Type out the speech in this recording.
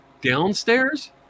downstairs